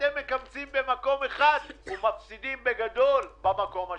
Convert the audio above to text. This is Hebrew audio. אתם מקמצים במקום אחד ומפסידים בגדול במקום השני.